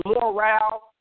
morale